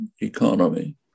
economy